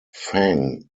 fang